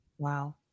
Wow